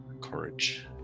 Courage